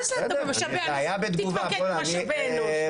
מה זה משאבי אנוש, תתמקד במשאבי אנוש?